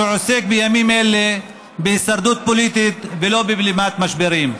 שעוסק בימים אלה בהישרדות פוליטית ולא בבלימת משברים.